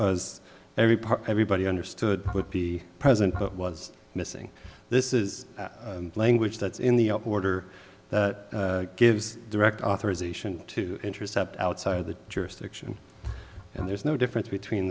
part everybody understood with the president was missing this is language that's in the up order that gives direct authorization to intercept outside of the jurisdiction and there's no difference between